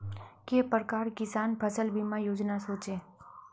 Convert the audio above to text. के प्रकार किसान फसल बीमा योजना सोचें?